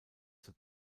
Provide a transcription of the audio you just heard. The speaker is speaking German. zur